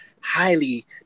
highly